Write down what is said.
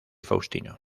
faustino